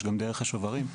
יש גם דרך השוברים.